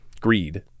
greed